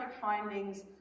findings